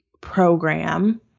program